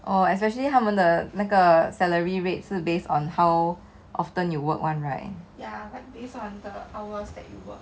oh especially 他们的那个 salary rates based on how often you work [one] right